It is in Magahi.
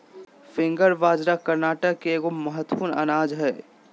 फिंगर बाजरा कर्नाटक के एगो महत्वपूर्ण अनाज हइ